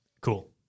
cool